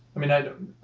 i mean, i don't.